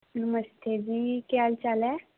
नमस्ते जी केह् हाल चाल ऐ